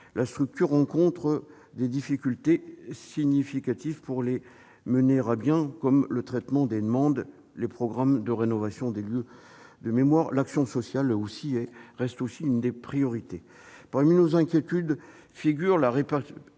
La structure rencontre des difficultés significatives pour les mener à bien, notamment le traitement des demandes, les programmes de rénovation des lieux de mémoire et l'action sociale, laquelle reste aussi l'une des priorités de l'Office. Parmi nos inquiétudes figure la répétition